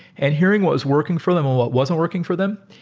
and hearing what was working for them and what wasn't working for them.